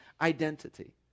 identity